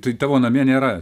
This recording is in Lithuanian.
tai tavo namie nėra